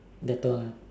later on ah